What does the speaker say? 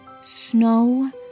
snow